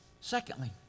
Secondly